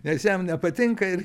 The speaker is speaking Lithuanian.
nes jam nepatinka ir